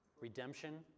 redemption